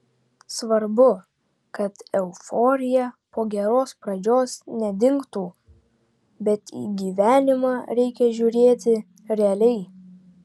svarbu kad euforija po geros pradžios nedingtų bet į gyvenimą reikia žiūrėti realiai